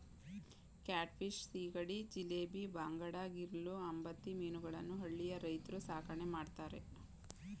cat fish, ಸೀಗಡಿ, ಜಿಲೇಬಿ, ಬಾಂಗಡಾ, ಗಿರ್ಲೂ, ಅಂಬತಿ ಮೀನುಗಳನ್ನು ಹಳ್ಳಿಯ ರೈತ್ರು ಸಾಕಣೆ ಮಾಡ್ತರೆ